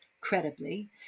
credibly